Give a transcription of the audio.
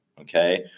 Okay